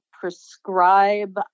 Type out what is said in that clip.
prescribe